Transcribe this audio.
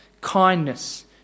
kindness